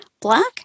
black